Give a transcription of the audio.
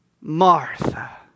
Martha